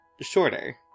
shorter